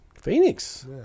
Phoenix